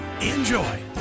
Enjoy